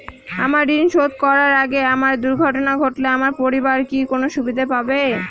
আমার ঋণ শোধ করার আগে আমার দুর্ঘটনা ঘটলে আমার পরিবার কি কোনো সুবিধে পাবে?